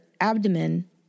abdomen